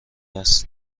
است